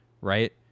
right